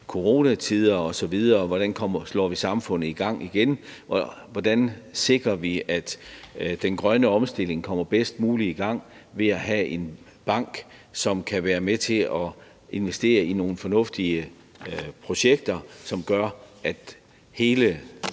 coronatider osv., hvordan vi får samfundet i gang igen, og hvordan vi sikrer, at den grønne omstilling kommer bedst muligt i gang, og det at have en bank, som kan være med til at investere i nogle fornuftige projekter, kan gøre, at, jeg